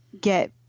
get